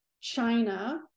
China